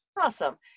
Awesome